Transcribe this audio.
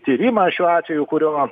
tyrimą šiuo atveju kurio